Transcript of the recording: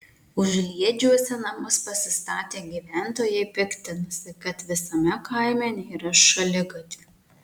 užliedžiuose namus pasistatę gyventojai piktinasi kad visame kaime nėra šaligatvių